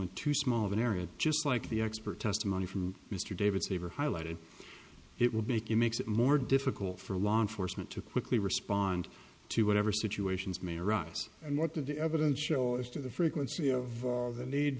too small of an area just like the expert testimony from mr david saber highlighted it would make it makes it more difficult for law enforcement to quickly respond to whatever situations may arise and what the evidence show is to the frequency of the need